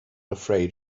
afraid